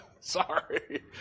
Sorry